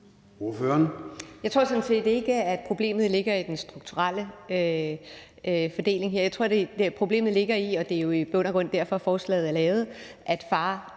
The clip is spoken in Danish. Jeg tror sådan set ikke, at problemet ligger i den strukturelle fordeling her; jeg tror, at problemet ligger i – og det er jo i bund og grund derfor, forslaget er lavet – at far